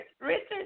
Richard